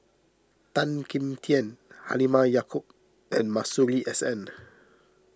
Tan Kim Tian Halimah Yacob and Masuri S N